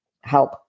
help